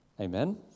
Amen